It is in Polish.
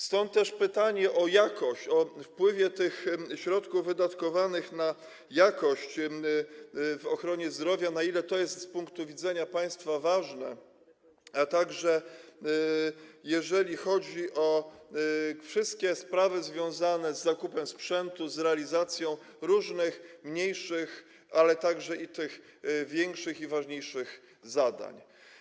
Stąd też pytanie o jakość, o wpływ tych środków wydatkowanych na jakość w ochronie zdrowia, na ile to jest z punktu widzenia państwa ważne, a także jeżeli chodzi o wszystkie sprawy związane z zakupem sprzętu, z realizacją różnych mniejszych, ale także większych i ważniejszych zadań.